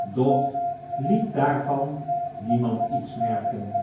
doch liet daarvan niemand iets merken